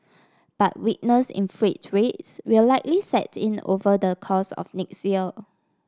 but weakness in freight rates will likely set in over the course of next year